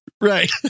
Right